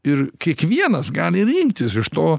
ir kiekvienas gali rinktis iš to